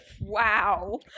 wow